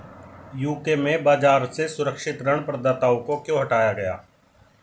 UK में बाजार से सुरक्षित ऋण प्रदाताओं को क्यों हटाया गया?